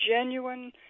genuine